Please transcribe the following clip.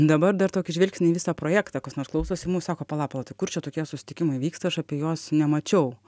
dabar dar tokį žvilgsnį į visą projektą kas nors klausosi mus sako pala pala kur čia tokie susitikimai vyksta aš apie jos nemačiau